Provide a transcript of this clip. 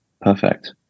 Perfect